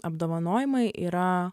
apdovanojimai yra